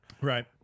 Right